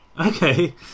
Okay